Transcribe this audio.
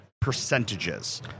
Percentages